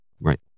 Right